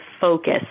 focus